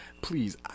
please